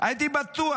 הייתי בטוח.